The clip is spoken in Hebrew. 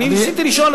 ניסיתי לשאול,